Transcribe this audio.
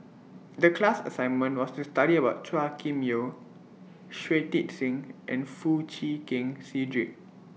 The class assignment was to study about Chua Kim Yeow Shui Tit Sing and Foo Chee Keng Cedric